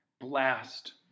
blast